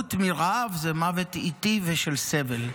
למות מרעב זה מוות איטי ושל סבל.